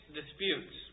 disputes